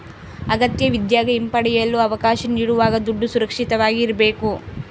ಅಗತ್ಯವಿದ್ದಾಗ ಹಿಂಪಡೆಯಲು ಅವಕಾಶ ನೀಡುವಾಗ ದುಡ್ಡು ಸುರಕ್ಷಿತವಾಗಿ ಇರ್ಬೇಕು